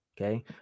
Okay